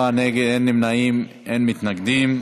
בעד, 34, אין נמנעים ואין מתנגדים.